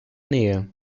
nähe